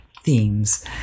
themes